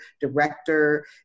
director